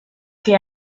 que